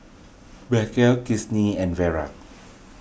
Macel Kinsey and Vera